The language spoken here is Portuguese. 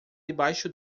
debaixo